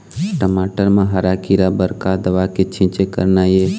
टमाटर म हरा किरा बर का दवा के छींचे करना ये?